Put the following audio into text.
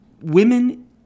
women